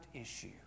issue